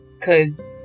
cause